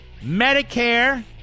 Medicare